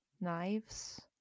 knives